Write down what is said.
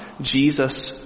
Jesus